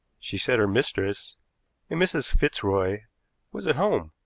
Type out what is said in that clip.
she said her mistress a mrs. fitzroy was at home,